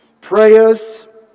prayers